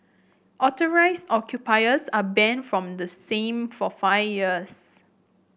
authorised occupiers are banned from the same for five years